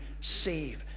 save